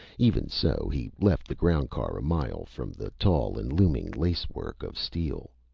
even so, he left the ground car a mile from the tall and looming lacework of steel.